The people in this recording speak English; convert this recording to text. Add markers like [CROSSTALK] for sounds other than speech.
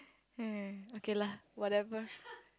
[NOISE] okay lah whatever